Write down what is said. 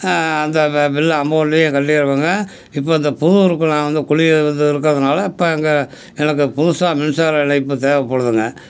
அந்த பில் அமௌண்ட்டையும் கட்டிடுவோங்க இப்போ இந்த புது ஊருக்கு நான் வந்து குடி வந்து இருக்கிறதுனால இப்போ அங்கே எனக்கு புதுசா மின்சாரம் இணைப்பு தேவைப்படுதுங்க